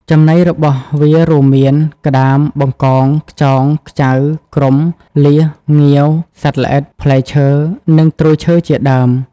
ចំណីរបស់វារួមមាន ក្តាម បង្កង ខ្យង ខ្ចៅ គ្រុំ លៀស ងាវ សត្វល្អិត ផ្លែឈើ និងត្រួយឈើជាដើម។